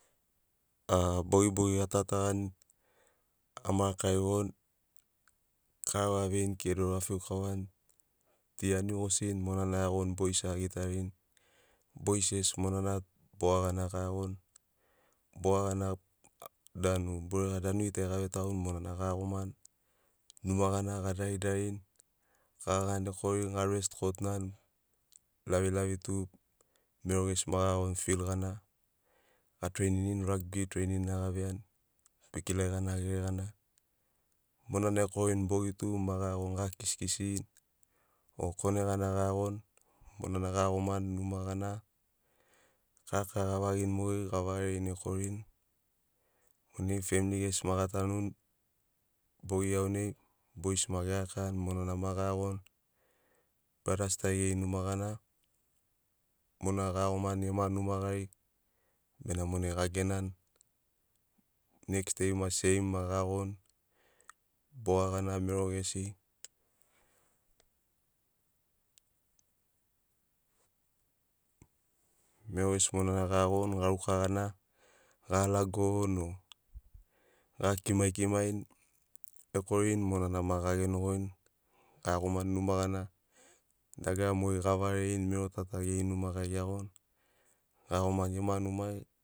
A bogibogi atatagani ama rakarigoni karava aveini kedoro afiu kauani ti aniu gosini monana aiagoi bois agitarini bois gesi monana tu boga gana gaiagoni boga gana burega danuri tari gavetauni monana gaiagomani numa gana gadaridarini gaganiganini ekorini garest kotunani lavilavi tu mero gesi ma gaiagoni fil gana gatreininin ragbi treinin na gaveini kwikilai gana gere gana. Monana ekorini bogi tu ma gaiagoni a kiskisini o kone gana gaiagoni monana gaiagomani numa gana karakara gavagirini mogeri gavarerini ekorini monai femli gesi ma gatanuni bogi iaunai bois ma gerakani monana ma gaiagoni bradas tari geri numa gana monana gaiagomani ema numa gari bena monai gegenani next dei maki seim ma gaiagoni boga gana mero gesi, mero gesi monana gaiagoni garuka gana galagoni o gakimaikimaini ekorini monanan ma gagenogoini gaiagomani numa gana dagara mogeri gavarerini mero ta ta geri numa gari geiagoni gaiagomani gema numai